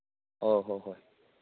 ꯑꯣ ꯍꯣꯏ ꯍꯣꯏ